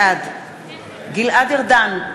בעד גלעד ארדן,